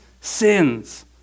sins